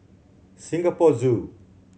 Singapore Zoo